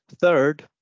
Third